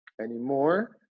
anymore